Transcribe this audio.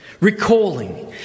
recalling